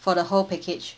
for the whole package